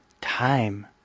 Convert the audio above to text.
Time